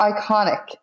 iconic